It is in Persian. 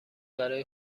برای